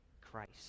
Christ